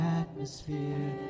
atmosphere